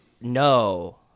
no